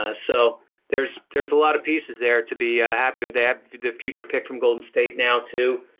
ah so there's there's a lot of pieces there to be ah happy with that. the future pick from golden state now, too,